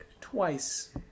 Twice